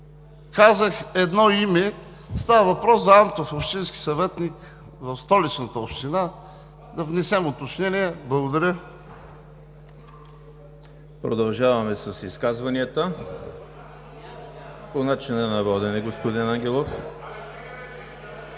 казах едно име. Става въпрос за Антов, общински съветник в Столичната община, да внесем уточнение. Благодаря. ПРЕДСЕДАТЕЛ ЕМИЛ ХРИСТОВ: Продължаваме с изказванията. По начина на водене, господин Ангелов.